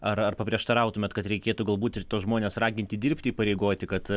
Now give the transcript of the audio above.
ar ar paprieštarautumėt kad reikėtų galbūt ir tuos žmones raginti dirbti įpareigoti kad